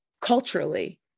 culturally